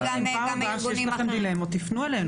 בפעם הבאה שיש לכם דילמות, תפנו אלינו.